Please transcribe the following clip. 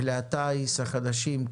כלי הטיס החדשים,